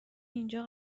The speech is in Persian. اینجا